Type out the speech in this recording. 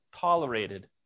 tolerated